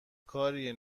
کاریه